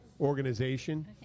organization